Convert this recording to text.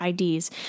IDs